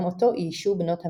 שגם אותו איישו בנות המשק.